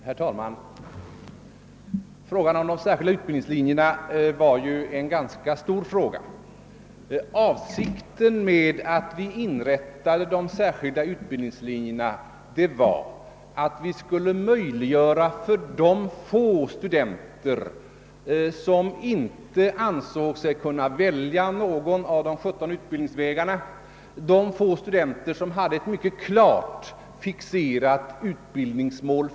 Herr talman! Frågan om de särskilda utbildningslinjerna var en ganska stor fråga. Avsikten med inrättandet av sådana särskilda utbildningslinjer var att vi ville möjliggöra för de få studenter som inte anser sig kunna välja någon av de 17 utbildningsvägarna att nå fram till sitt mycket klart fixerade utbildningsmål.